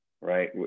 right